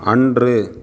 அன்று